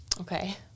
Okay